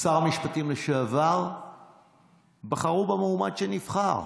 ושר המשפטים לשעבר בחרו במועמד שנבחר.